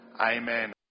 amen